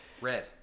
Red